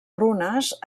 runes